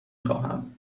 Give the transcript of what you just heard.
خواهم